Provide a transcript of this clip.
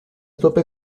tope